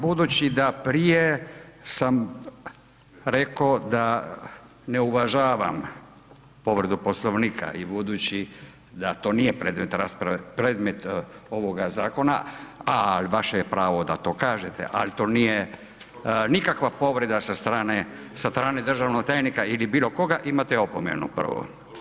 Budući da prije sam rekao da ne uvažavam povredu Poslovnika i budući da to nije predmet rasprave, predmet ovoga zakona, a vaše je pravo da to kažete, ali to nije nikakva povreda sa strane državnog tajnika ili bilo koga, imate opomenu prvu.